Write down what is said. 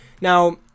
Now